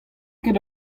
ket